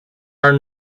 are